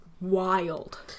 wild